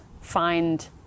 find